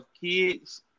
kids